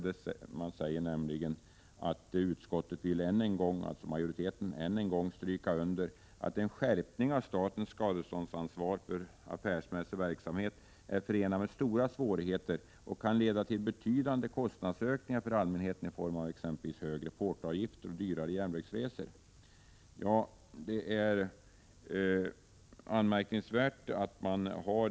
Det står nämligen att utskottsmajoriteten än en gång vill stryka under att en skärpning av statens skadeståndsansvar för affärsmässig verksamhet är förenad med stora svårigheter och kan leda till betydande kostnadsökningar för allmänheten i form av exempelvis högre portoavgifter och dyrare järnvägsresor.